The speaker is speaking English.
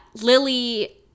Lily